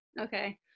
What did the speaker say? okay